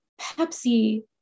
Pepsi